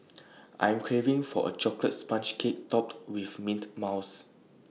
I am craving for A Chocolate Sponge Cake Topped with Mint Mousse